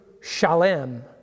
Shalem